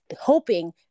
hoping